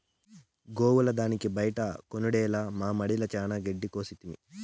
గోవుల దానికి బైట కొనుడేల మామడిల చానా గెడ్డి కోసితిమి